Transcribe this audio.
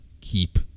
keep